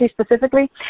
specifically